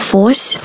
Force